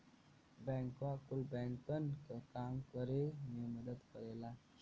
बैंकवा कुल बैंकन क काम करे मे मदद करेला